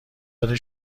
داره